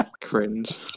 Cringe